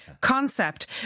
concept